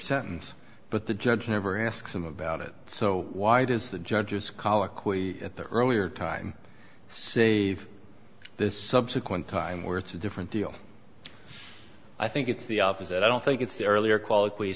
sentence but the judge never asks him about it so why does the judge's colloquy at the earlier time save this subsequent time where it's a different deal i think it's the opposite i don't think it's the earlier quality